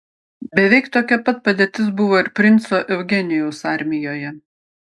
beveik tokia pat padėtis buvo ir princo eugenijaus armijoje